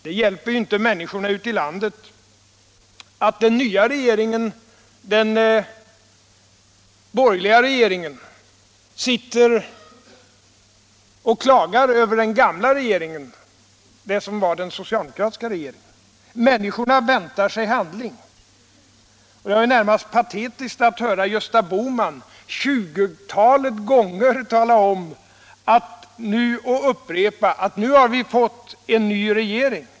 Det hjälper ju inte människorna ute i landet att den nya, borgerliga regeringen klagar över den gamla, den socialdemokratiska regeringen. Människorna väntar sig handling. Det var närmast patetiskt att höra Gösta Bohman upprepa ett tjugotal gånger att nu har vi fått en ny regering.